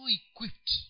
equipped